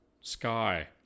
sky